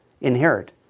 inherit